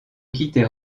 quitter